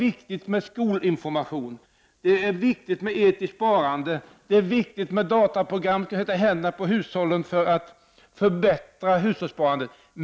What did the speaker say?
Det är viktigt med information i skolorna, det är viktigt med etiskt sparande, det är viktigt att sätta datorprogram i händerna på hushållen för att förbättra hushållssparandet.